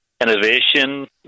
innovation